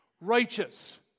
righteous